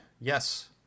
Yes